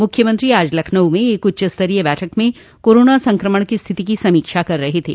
मुख्यमंत्री आज लखनऊ में एक उच्चस्तरीय बैठक में कोरोना संक्रमण की स्थिति की समीक्षा कर रहे थे